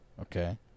Okay